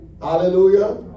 Hallelujah